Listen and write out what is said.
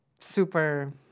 super